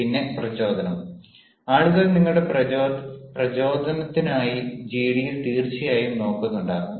പിന്നെ പ്രചോദനം ആളുകൾ നിങ്ങളുടെ പ്രചോദനത്തിനായി ജിഡിയിൽ തീർച്ചയായും നോക്കുന്നുണ്ടാവും